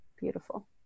Beautiful